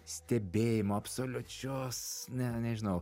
stebėjimo absoliučios ne nežinau